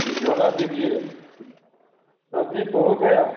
जी झोला दीजिए सब्जी तो हो गया